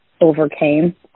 overcame